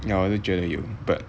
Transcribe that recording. ya 我也是觉得有 but